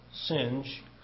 singe